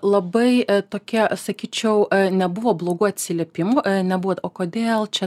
labai tokia sakyčiau nebuvo blogų atsiliepimų nebuvo o kodėl čia